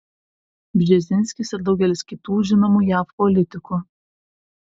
bžezinskis ir daugelis kitų žinomų jav politikų